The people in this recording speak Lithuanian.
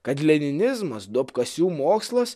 kad leninizmas duobkasių mokslas